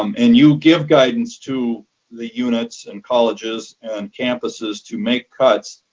um and you give guidance to the units and colleges and campuses to make cuts,